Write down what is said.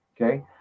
Okay